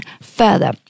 further